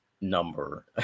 number